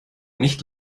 nicht